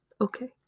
Okay